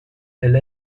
elle